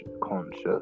conscious